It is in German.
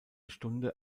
stunde